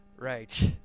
Right